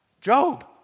Job